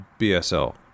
BSL